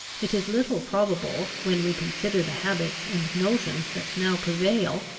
it is little probable, when we consider the habits and notions that now prevail,